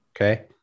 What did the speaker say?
okay